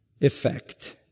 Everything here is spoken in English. effect